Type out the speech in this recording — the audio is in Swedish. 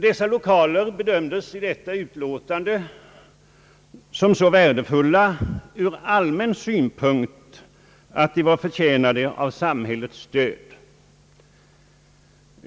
Dessa lokaler bedömdes som så värdefulla ur allmän synpunkt att de vore förtjänta av samhällets stöd.